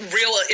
real